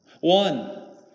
One